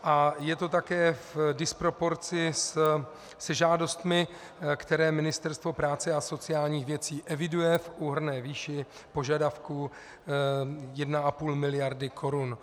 A je to také v disproporci se žádostmi, které Ministerstvo práce a sociálních věcí eviduje v úhrnné výši požadavků 1,5 mld. Kč.